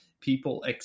people